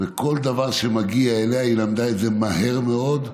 וכל דבר שמגיע אליה, היא למדה את זה מהר מאוד,